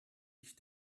ich